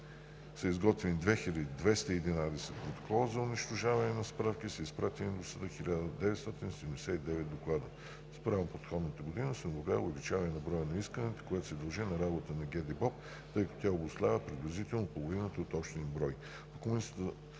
са изготвени 2211 протокола за унищожаване на справки и са изпратени до съда 1978 доклада. Спрямо предходната година се наблюдава увеличение на броя на исканията, което се дължи на работата на ГДБОП, тъй като тя обуславя приблизително половината от общия им брой.